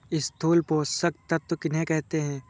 स्थूल पोषक तत्व किन्हें कहते हैं?